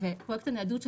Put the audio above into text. פרויקט הניידות,